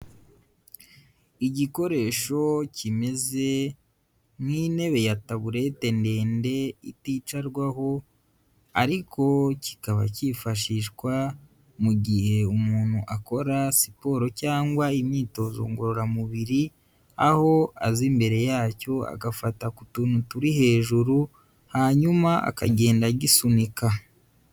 Igikoresho kimeze nk'intebe ya taburete ndende iticarwaho ariko kikaba kifashishwa mu gihe umuntu akora siporo cyangwa imyitozo ngororamubiri aho aza imbere yacyo agafata ku tuntu turi hejuru, hanyuma akagenda agisunika.